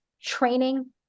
training